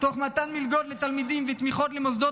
תוך מתן מלגות לתלמידים ותמיכות למוסדות